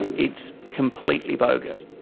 it's completely bogus.